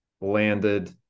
landed